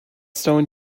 stone